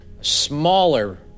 smaller